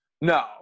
No